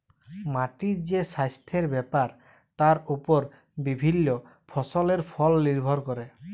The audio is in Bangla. মাটির যে সাস্থের ব্যাপার তার ওপর বিভিল্য ফসলের ফল লির্ভর ক্যরে